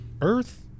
Earth